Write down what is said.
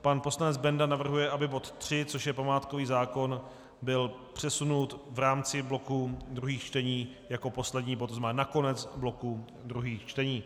Pan poslanec Benda navrhuje, aby bod 3, což je památkový zákon, byl přesunut v rámci bloku druhých čtení jako poslední bod, to znamená na konec bloku druhých čtení.